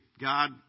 God